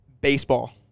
baseball